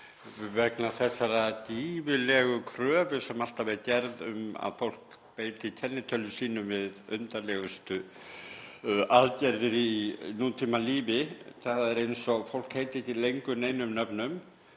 vegna þessarar gífurlegu kröfu sem alltaf er gerð um að fólk beiti kennitölum sínum við undarlegustu aðgerðir í nútímalífi. Það er eins og fólk heiti ekki lengur neinum nöfnum